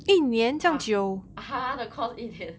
ah 它的 course 一年